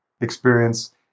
experience